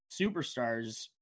superstars